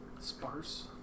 sparse